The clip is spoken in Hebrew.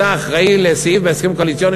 אתה אחראי לסעיף בהסכם הקואליציוני